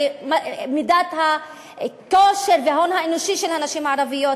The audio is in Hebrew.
ומידת הכושר וההון האנושי של הנשים הערביות,